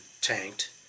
tanked